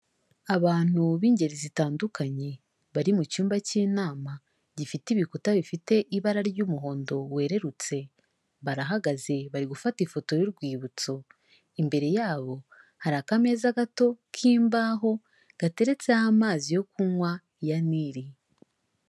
Abantu b'ingeri zitandukanye bari mu cyumba cy'inama, gifite ibikuta bifite ibara ry'umuhondo werurutse, barahagaze bari gufata ifoto y'urwibutso, imbere yabo hari akameza gato k'imbaho gateretseho amazi yo kunywa ya Nili.